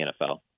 NFL